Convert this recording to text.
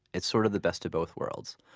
it's sort of the best of both worlds.